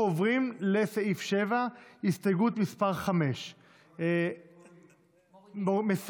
אנחנו עוברים לסעיף 7, הסתייגות מס' 5. מורידים.